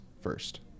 first